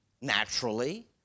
naturally